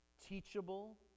teachable